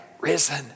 risen